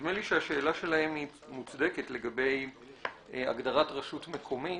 נדמה לי שהשאלה שלהם מוצדקת לגבי הגדרת רשות מקומית.